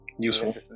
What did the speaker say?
useful